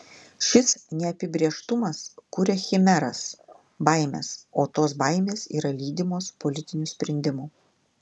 šis neapibrėžtumas kuria chimeras baimes o tos baimės yra lydimos politinių sprendimų